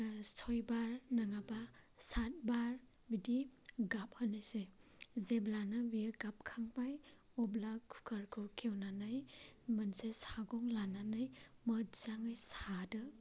छयबार नङाबा चातबार बिदि गाबहोनोसै जेब्लानो बेयो गाबखांबाय अब्ला कुकारखौ खेवनानै मोनसे सागं लानानै मोजाङै सादो